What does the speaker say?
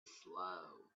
slow